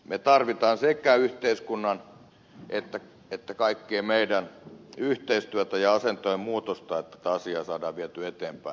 me tarvitsemme sekä yhteiskunnan että kaikkien meidän yhteistyötä ja asenteiden muutosta että tätä asiaa saadaan vietyä eteenpäin